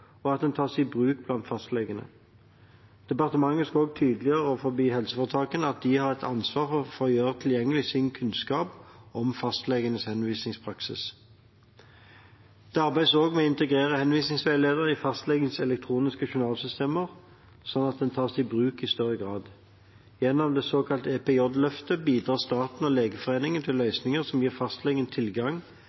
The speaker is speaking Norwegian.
at den tas i bruk av fastlegene. Departementet skal også tydeliggjøre overfor helseforetakene at de har ansvar for å gjøre tilgjengelig sin kunnskap om fastlegenes henvisningspraksis. Det arbeides også med å integrere henvisningsveileder i fastlegens elektroniske journalsystemer sånn at den tas i bruk i større grad. Gjennom det såkalte EPJ-løftet bidrar staten og Legeforeningen til løsninger som gir fastlegen tilgang